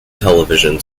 television